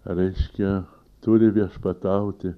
reiškia turi viešpatauti